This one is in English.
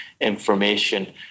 information